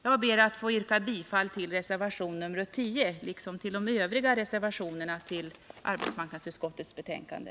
Jag ber att få yrka bifall till reservation nr 10 liksom till de övriga reservationerna vid arbetsmarknadsutskottets betänkande.